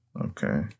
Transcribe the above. Okay